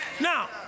Now